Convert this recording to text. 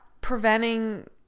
preventing